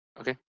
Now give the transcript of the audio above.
Okay